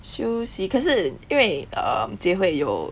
休息可是因为 um jie hui 有